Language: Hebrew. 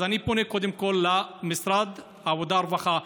אז אני פונה קודם כול למשרד העבודה והרווחה,